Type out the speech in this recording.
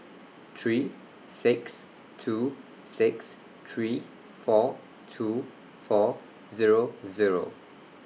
three six two six three four two four Zero Zero